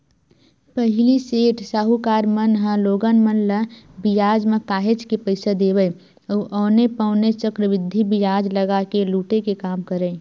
पहिली सेठ, साहूकार मन ह लोगन मन ल बियाज म काहेच के पइसा देवय अउ औने पौने चक्रबृद्धि बियाज लगा के लुटे के काम करय